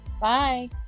Bye